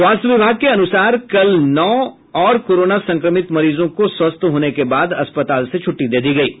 स्वास्थ्य विभाग के अनुसार कल नौ और कोरोना संक्रमित मरीजों को सवस्थ होने के बाद अस्पताल से छुटटी दे दी गई है